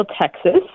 Texas